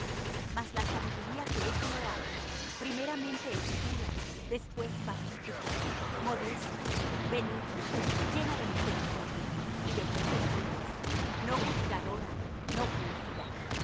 mas la sabiduría que es de lo alto primeramente es pura después pacífica modesta benigna llena de misericordia y de buenos frutos no juzgadora no fingida